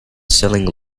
selling